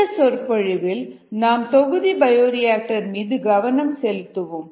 இந்த சொற்பொழிவில் நாம் தொகுதி பயோரியாக்டர் மீது கவனம் செலுத்துவோம்